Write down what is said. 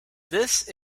this